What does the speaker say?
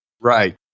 Right